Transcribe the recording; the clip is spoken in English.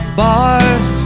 bars